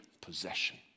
possession